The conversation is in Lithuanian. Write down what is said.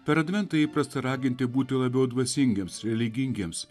per adventą įprasta raginti būti labiau dvasingiems religingiems